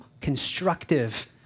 constructive